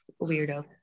Weirdo